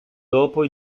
dopo